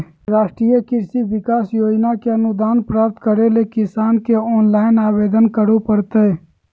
राष्ट्रीय कृषि विकास योजना के अनुदान प्राप्त करैले किसान के ऑनलाइन आवेदन करो परतय